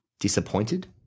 disappointed